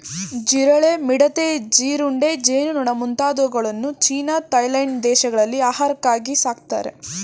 ಜಿರಳೆ, ಮಿಡತೆ, ಜೀರುಂಡೆ, ಜೇನುನೊಣ ಮುಂತಾದವುಗಳನ್ನು ಚೀನಾ ಥಾಯ್ಲೆಂಡ್ ದೇಶಗಳಲ್ಲಿ ಆಹಾರಕ್ಕಾಗಿ ಸಾಕ್ತರೆ